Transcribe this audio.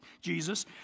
Jesus